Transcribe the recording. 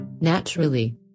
naturally